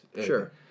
Sure